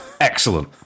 Excellent